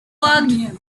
worked